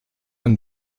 and